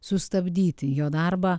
sustabdyti jo darbą